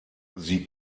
sie